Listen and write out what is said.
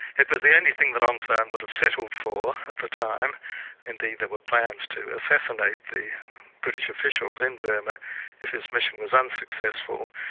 it was the only thing that aung san would have settled for at the time indeed there were plans to assassinate the british officials in burma if his mission was unsuccessful.